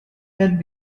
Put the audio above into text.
had